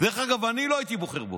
אני לא הייתי בוחר בו.